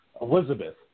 Elizabeth